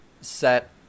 set